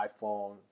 iPhone